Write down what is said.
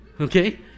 Okay